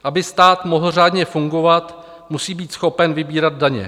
Aby stát mohl řádně fungovat, musí být schopen vybírat daně.